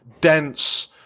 dense